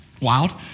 Wild